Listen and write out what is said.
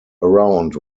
around